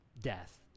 death